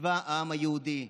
כצבא העם היהודי,